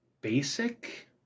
basic